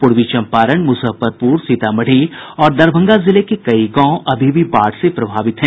पूर्वी चम्पारण मुजफ्फरपुर सीतामढ़ी और दरभंगा जिले के कई गांव अभी भी बाढ़ से प्रभावित हैं